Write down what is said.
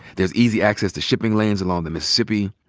there's easy access to shipping lanes along the mississippi,